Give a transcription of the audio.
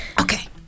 Okay